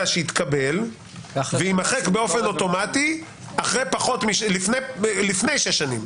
שיתקבל ויימחק באופן אוטומטי לפני שש שנים?